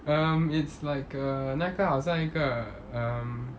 um it's like a 那个好像一个 um